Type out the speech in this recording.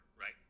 right